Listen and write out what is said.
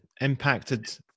impacted